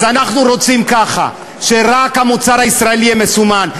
אז אנחנו רוצים ככה: שרק המוצר הישראלי יהיה מסומן.